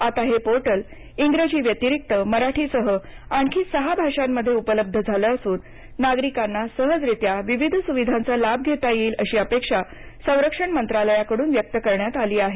आता हे पोर्टल इंग्रजी व्यतिरिक्त मराठीसह आणखी सहा भाषामध्ये उपलब्ध झालं असून नागरिकांना सहजरित्या विविध सुविधांचा लाभ घेता येईल अशी अपेक्षा संरक्षण मंत्रालयाकडून व्यक्त करण्यात आली आहे